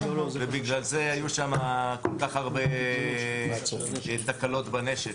בגלל זה היו שם כל כך הרבה תקלות בנשק.